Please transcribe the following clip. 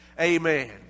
Amen